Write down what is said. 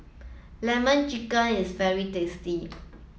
lemon chicken is very tasty